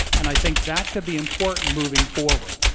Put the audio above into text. and i think that's going to be important moving forward.